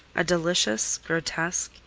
a delicious, grotesque,